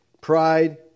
pride